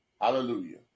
Hallelujah